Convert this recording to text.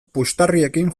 puxtarriekin